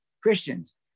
Christians